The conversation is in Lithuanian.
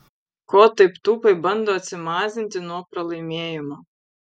ko taip tūpai bando atsimazinti nuo pralaimėjimo